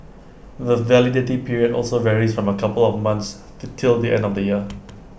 the validity period also varies from A couple of months till the end of the year